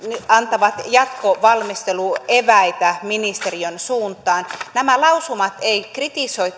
antavat jatkovalmisteluun eväitä ministeriön suuntaan nämä lausumat eivät kritisoi